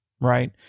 right